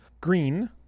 Green